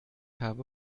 habe